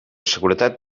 seguretat